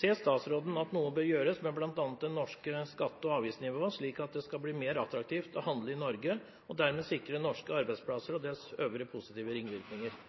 Ser statsråden at noe bør gjøres med bl.a. det norske skatte- og avgiftsnivået, slik at